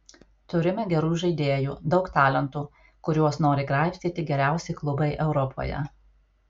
turime gerų žaidėjų daug talentų kuriuos nori graibstyti geriausi klubai europoje